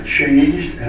changed